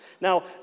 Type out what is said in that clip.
Now